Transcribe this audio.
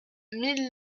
mille